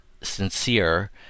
sincere